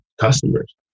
customers